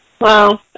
Wow